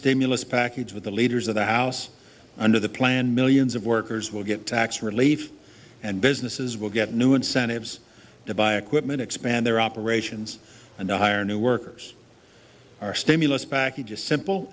stimulus package with the leaders of the house under the plan millions of workers will get tax relief and businesses will get new incentives to buy equipment expand their operations and hire new workers are stimulus packages simple